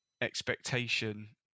expectation